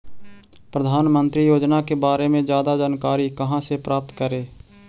प्रधानमंत्री योजना के बारे में जादा जानकारी कहा से प्राप्त करे?